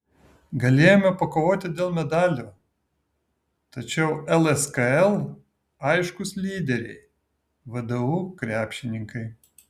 galėjome pakovoti dėl medalių tačiau lskl aiškūs lyderiai vdu krepšininkai